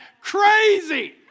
crazy